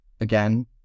again